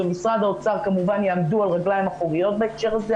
במשרד האוצר כמובן יעמדו על הרגליים האחוריות בהקשר הזה.